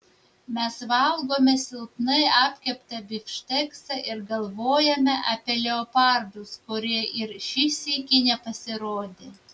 mes valgome silpnai apkeptą bifšteksą ir galvojame apie leopardus kurie ir šį sykį nepasirodė